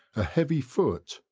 a heavy foot,